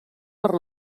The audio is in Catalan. per